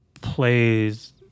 plays